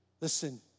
Listen